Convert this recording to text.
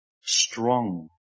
strong